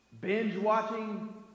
Binge-watching